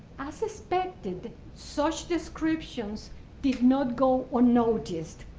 as expected, such descriptions did not go unnoticed.